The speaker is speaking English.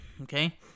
okay